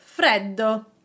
freddo